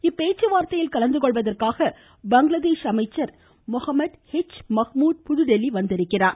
இப்பேச்சு வார்த்தையில் கலந்துகொள்வதற்காக பங்களாதேஷ் அமைச்சர் முகமது ஹட்ச் மஹ்முத் புதுதில்லி வந்துள்ளார்